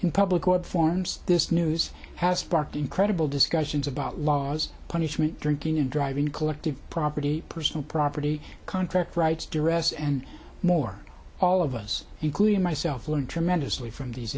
in public order forms this news has sparked incredible discussions about laws punishment drinking and driving collective property personal property contract rights duress and more all of us including myself learned tremendously from these